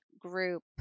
group